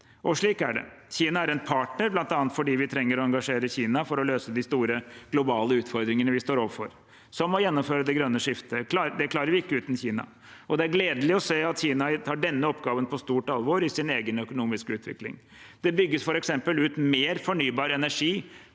Slik er det. Kina er en partner bl.a. fordi vi trenger å engasjere Kina for å løse de store globale utfordringene vi står overfor, som å gjennomføre det grønne skiftet. Det klarer vi ikke uten Kina. Det er gledelig å se at Kina tar denne oppgaven på stort alvor i sin egen økonomiske utvikling. Det bygges f.eks. ut mer fornybar energi